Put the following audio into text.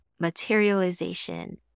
materialization